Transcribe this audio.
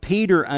Peter